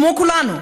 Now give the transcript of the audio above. כמו כולנו,